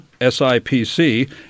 SIPC